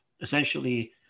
essentially